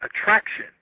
attraction